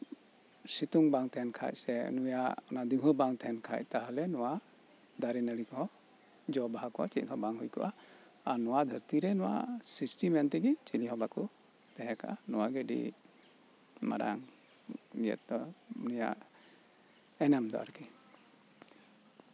ᱥᱤᱛᱩᱝ ᱵᱟᱝ ᱛᱟᱦᱮᱸᱡ ᱠᱷᱟᱡ ᱥᱮ ᱱᱩᱭᱟᱜ ᱚᱟᱱ ᱫᱤᱣᱦᱟᱹ ᱵᱟᱝ ᱛᱟᱦᱮᱱ ᱠᱷᱟᱡ ᱛᱟᱦᱚᱞᱮ ᱱᱚᱣᱟ ᱫᱟᱨᱮ ᱱᱟᱹᱲᱤ ᱠᱚᱦᱚᱸ ᱡᱚ ᱵᱟᱦᱟ ᱠᱚᱜᱼᱟ ᱪᱮᱫᱦᱚᱸ ᱵᱟᱝ ᱦᱩᱭᱠᱚᱜᱼᱟ ᱟᱨ ᱱᱚᱣᱟ ᱫᱷᱟᱹᱨᱛᱤᱨᱮ ᱱᱚᱣᱟ ᱥᱤᱥᱴᱤ ᱢᱮᱱᱛᱮᱜᱤ ᱪᱤᱞᱤᱦᱚ ᱵᱟᱠᱩ ᱛᱟᱦᱮᱸ ᱠᱚᱜᱼᱟ ᱱᱚᱣᱟᱜᱤ ᱟᱹᱰᱤ ᱢᱟᱨᱟᱝ ᱨᱮᱭᱟᱜ ᱫᱚ ᱩᱱᱤᱭᱟᱜ ᱮᱱᱮᱢ ᱫᱚ ᱟᱨᱠᱤ